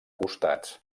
costats